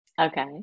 okay